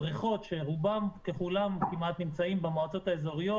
הבריכות שרובם ככולם כמעט נמצאים במועצות האזוריות